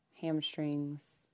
hamstrings